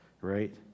Right